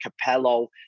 Capello